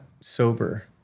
sober